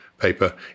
paper